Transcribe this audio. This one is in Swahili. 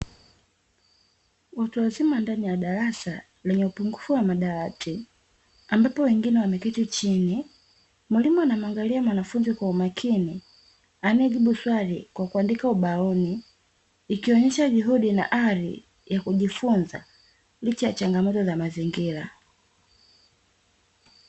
Watu wazima ndani ya darasa lenye upungufu wa madawati ambapo wengine wameketi chini, mwalimu anamuangalia mwanafunzi kwa umakini anayejibu swali kwa kuandika ubaoni, ikionyesha juhudi na ari ya kujifunza licha ya changamoto za mazingira.